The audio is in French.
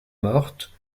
morte